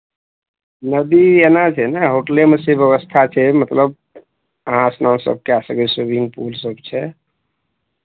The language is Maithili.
नदी एना छै ने होटलेमे से व्यवस्था छै मतलब अहाँ स्नानसभ कए सकी स्विमिंग पूल सभ छै